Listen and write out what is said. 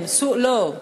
לא,